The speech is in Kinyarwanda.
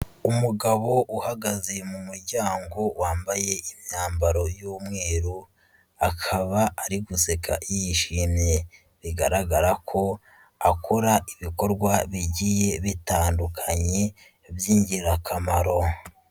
Umugabo uhagaze mu muryango wambaye imyambaro y'umweru, akaba ari guseka yishimye, bigaragara ko akora ibikorwa bigiye bitandukanye by'ingirakamaro.